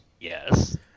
Yes